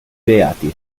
beati